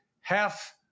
half